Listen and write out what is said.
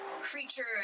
creature